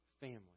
family